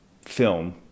film